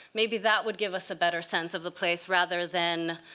maybe that would give us a better sense of the place rather than